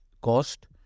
cost